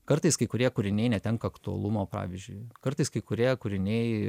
kartais kai kurie kūriniai netenka aktualumo pavyzdžiui kartais kai kurie kūriniai